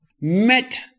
met